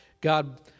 God